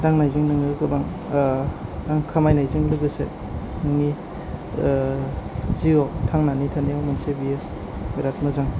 दांनायजों नोङो गोबां खामायनायजों लोगोसे नोंनि जिउआव थांनानै थानायाव मोनसे बियो बिरात मोजां